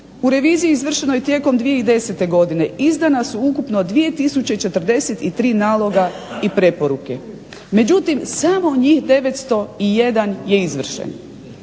U reviziji izvršenoj tijekom 2010. godine izdana su ukupno 2043 naloga i preporuke, međutim samo njih 901 je izvršen.